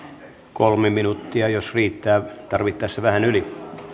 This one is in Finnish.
kolme minuuttia jos riittää tarvittaessa vähän yli